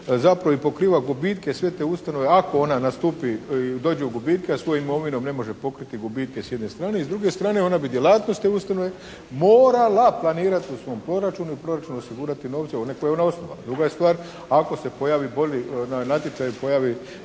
zapravo i pokriva gubitke sve te ustanove ako ona nastupi i dođe u gubitke, a svojom imovinom ne može pokriti gubitke, s jedne strane. I s druge strane onda bi djelatnost te ustanove morala planirati u svom proračunu i u proračunu osigurati novce one koje je ona osnovala. Druga je stvar ako se pojavi bolji, natječaj pojavi